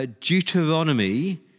Deuteronomy